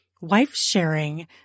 wife-sharing